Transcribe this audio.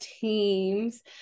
teams